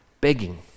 begging